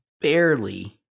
barely